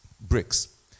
bricks